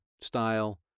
style